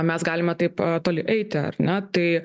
mes galime taip toli eiti ar ne tai